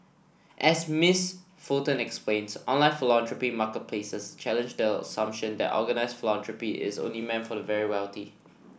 as Miss Fulton explains online philanthropy marketplaces challenge the assumption that organised philanthropy is only meant for the very wealthy